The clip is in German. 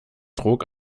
trug